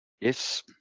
Yes